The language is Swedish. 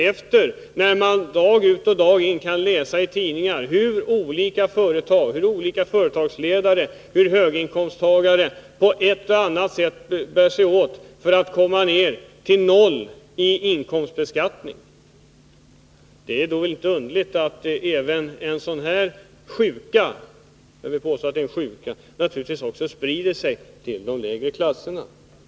Men när man dag ut och dag in kan läsa i tidningar hur olika företag, företagsledare och höginkomsttagare på ett eller annat sätt bär sig åt för att komma ned till noll i inkomstbeskattningen, då har man tagit efter det. Det är inte underligt att en sådan sjuka — jag vill påstå att det är en sjuka — också sprider sig till de lägre klasserna.